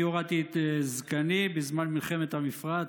אני הורדתי את זקני בזמן מלחמת המפרץ.